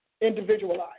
individualized